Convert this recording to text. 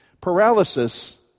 Paralysis